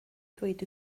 ddweud